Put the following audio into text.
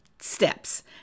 steps